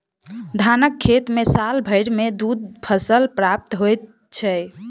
धानक खेत मे साल भरि मे दू फसल प्राप्त होइत छै